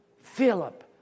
Philip